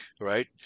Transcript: right